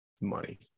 Money